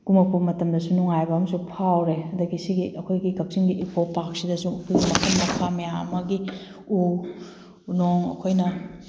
ꯀꯨꯝꯃꯛꯄ ꯃꯇꯝꯗꯁꯨ ꯅꯨꯡꯉꯥꯏꯕ ꯑꯝꯁꯨ ꯐꯥꯎꯔꯦ ꯑꯗꯒꯤ ꯁꯤꯒꯤ ꯑꯩꯈꯣꯏꯒꯤ ꯀꯛꯆꯤꯡꯒꯤ ꯏꯀꯣ ꯄꯥꯛꯁꯤꯗꯁꯨ ꯑꯩꯈꯣꯏꯒꯤ ꯃꯈꯜ ꯃꯈꯥ ꯃꯌꯥꯝ ꯑꯃꯒꯤ ꯎ ꯅꯣꯡ ꯑꯩꯈꯣꯏꯅ